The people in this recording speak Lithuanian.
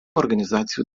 organizacijų